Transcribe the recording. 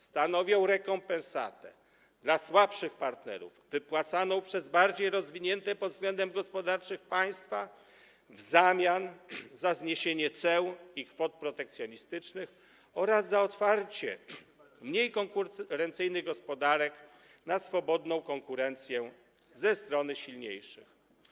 Stanowią one rekompensatę dla słabszych partnerów wypłacaną przez bardziej rozwinięte pod względem gospodarczym państwa w zamian za zniesienie ceł i kwot protekcjonistycznych oraz za otwarcie mniej konkurencyjnych gospodarek na swobodną konkurencję ze strony silniejszych.